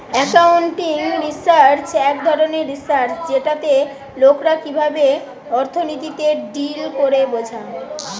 accounting research এক ধরণের research যেটাতে লোকরা কিভাবে অর্থনীতিতে ডিল করে বোঝা